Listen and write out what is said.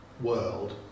world